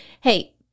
hey